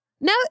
No